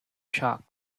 chalk